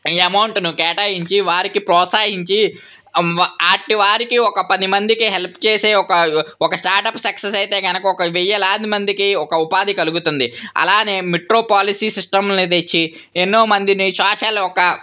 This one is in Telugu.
అమౌంట్ను కేటాయించి వారికి ప్రోత్సహించి అట్టి వారికి ఒక పదిమందికి హెల్ప్ చేసే ఒక ఒక స్టార్టప్ సక్సెస్ అయితే కనుక ఒక వేలాది మందికి ఒక ఉపాధి కలుగుతుంది అలాగే మెట్రో పాలసీ సిస్టంను తెచ్చి ఎన్నో మందిని సోషల్ ఒక